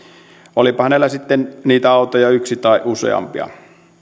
olipa hänellä niitä autoja sitten yksi tai useampia